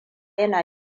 yana